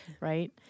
right